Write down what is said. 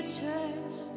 church